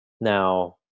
Now